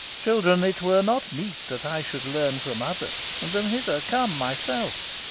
children, it were not meet that i should learn from others, and am hither come, myself,